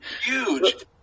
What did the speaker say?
huge